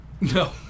No